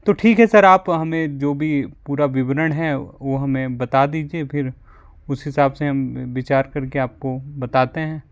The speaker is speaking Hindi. तो ठीक है सर आप हमें जो भी पूरा विवरण हैं वो हमें बता दीजिएँ फिर उस हिंसाब से हम विचार करके आपको बताते हैं